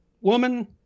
woman